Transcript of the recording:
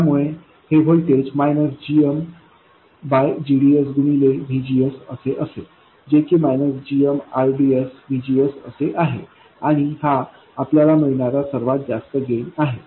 त्यामुळे हे व्होल्टेज gmgdsगुणिलेVGSअसे असेल जे की gmrdsVGS असे आहे आणि हा आपल्याला मिळणारा सर्वात जास्त गेन आहे